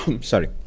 Sorry